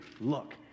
look